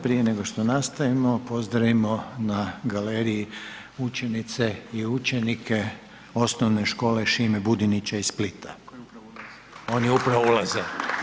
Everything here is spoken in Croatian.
Prije nego što nastavimo pozdravimo na galeriji učenice i učenike Osnovne škole „Šime Budinića“ iz Splita. Oni upravo ulaze.